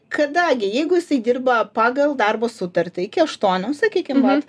kada gi jeigu jisai dirba pagal darbo sutartį iki aštuonių sakykim vat